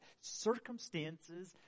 Circumstances